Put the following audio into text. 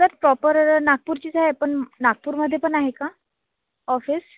sir proper नागपूरचीच आहे पण नागपूरमध्ये पण आहे का ऑफिस